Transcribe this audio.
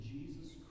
Jesus